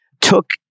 took